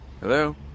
Hello